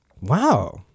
Wow